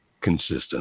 consistent